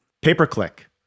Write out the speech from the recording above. pay-per-click